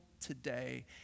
today